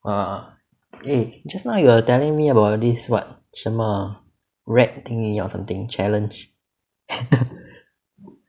ah eh just now you are telling me about this [what] 什么 rat thingy or something challenge